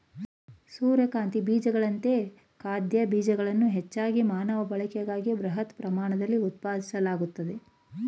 ಸೂರ್ಯಕಾಂತಿ ಬೀಜಗಳಂತೆಯೇ ಖಾದ್ಯ ಬೀಜಗಳನ್ನು ಹೆಚ್ಚಾಗಿ ಮಾನವ ಬಳಕೆಗಾಗಿ ಬೃಹತ್ ಪ್ರಮಾಣದಲ್ಲಿ ಉತ್ಪಾದಿಸಲಾಗ್ತದೆ